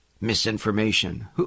Misinformation